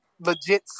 Legit